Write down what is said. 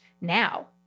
now